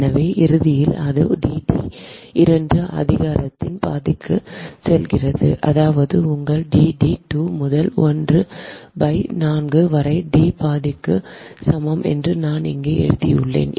எனவே இறுதியில் அது d d 2 அதிகாரத்தின் பாதிக்குச் செல்கிறது அதாவது உங்கள் D d 2 முதல் 1 by 4 வரை D பாதிக்கு சமம் என்று நான் இங்கு எழுதியுள்ளேன்